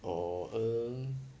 oh um